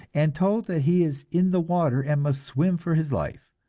and told that he is in the water and must swim for his life,